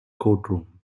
courtroom